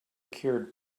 cured